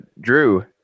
Drew